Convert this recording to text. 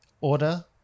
order